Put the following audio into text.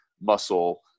muscle